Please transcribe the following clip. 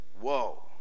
Whoa